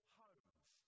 homes